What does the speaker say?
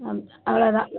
ஆ அவ்வளோ தான்